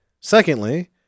Secondly